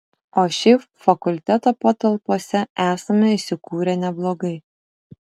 o šiaip fakulteto patalpose esame įsikūrę neblogai